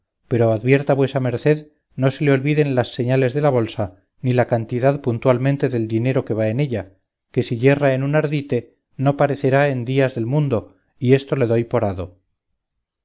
pero advierta vuesa merced no se le olviden las señas de la bolsa ni la cantidad puntualmente del dinero que va en ella que si yerra en un ardite no parecerá en días del mundo y esto le doy